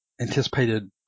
anticipated